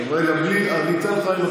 אני אתן לך לשאול שאלה,